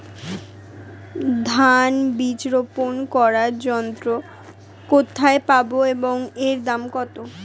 ধান বীজ রোপন করার যন্ত্র কোথায় পাব এবং এর দাম কত?